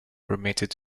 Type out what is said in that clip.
permitted